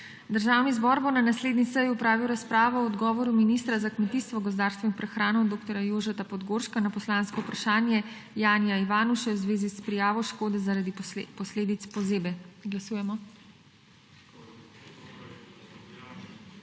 Državni zbor bo na naslednji seji opravil razpravo o odgovoru ministra za kmetijstvo, gozdarstvo in prehrano dr. Jožeta Podgorška na poslansko vprašanje Janija Ivanuše v zvezi s prijavo škode zaradi posledic pozebe. Glasujemo.